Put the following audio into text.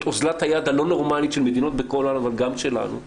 את אזלת היד של כל המדינות אבל גם שלנו.